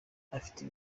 abifitiye